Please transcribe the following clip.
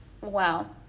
Wow